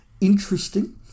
interesting